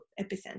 epicenter